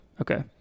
Okay